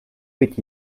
with